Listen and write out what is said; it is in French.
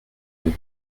deux